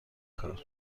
کار